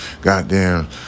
Goddamn